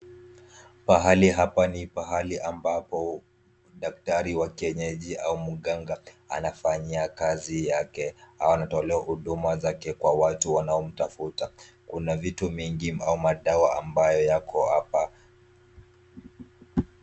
Pahali hapa ni pahali ambapo daktari wa kienyeji au mganga anafanyia kazi yake au anatolea huduma yake kwa watu wanaomtafuta. Kuna vitu vingi au madawa abayo yako hapa.